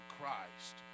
Christ